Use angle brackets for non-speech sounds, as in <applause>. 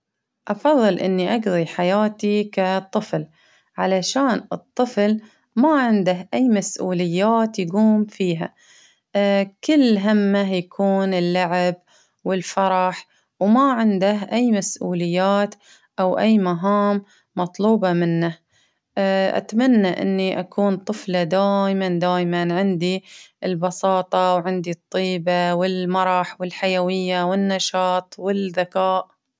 أفظل إني أقظي حياتي كطفل، علشان الطفل ما عنده أي مسؤوليات يقوم فيها، <hesitation> كل همه يكون اللعب والفرح، وما عنده أي مسؤوليات، أو أي مهام مطلوبة منه، <hesitation> أتمني أكون طفلة دايما دايما عندي البساطة، وعندي الطيبة، والمرح، والحيوية، والنشاط والذكاء.